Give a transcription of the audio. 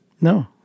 No